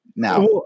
Now